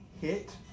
hit